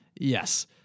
Yes